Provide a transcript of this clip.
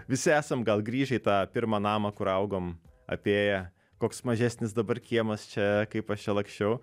visi esam gal grįžę į tą pirmą namą kur augom apėję koks mažesnis dabar kiemas čia kaip aš čia laksčiau